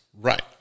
Right